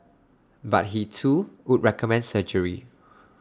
but he too would recommend surgery